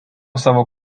savo